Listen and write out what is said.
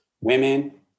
women